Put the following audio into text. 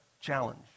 challenge